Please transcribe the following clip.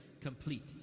complete